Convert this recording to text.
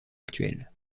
actuelle